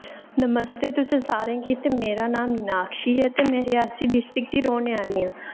नमस्ते तुसें सारें गी ते मेरा नांऽ मीनाक्षी ऐ ते में रियासी डिस्ट्रिक दी रौह्ने आह्ली आं